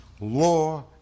law